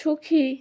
সুখী